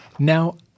Now